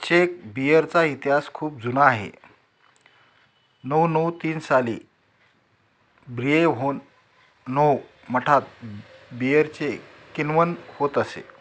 check बियरचा इतिहास खूप जुना आहे नऊ नऊ तीनसाली ब्रिएहोननोव मठात बियरचे किण्वन होत असे